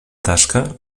tasca